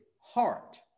heart